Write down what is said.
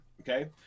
okay